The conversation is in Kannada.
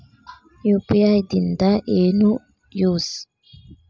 ಯು.ಪಿ.ಐ ದಿಂದ ಏನು ಯೂಸ್?